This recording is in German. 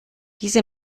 diese